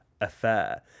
affair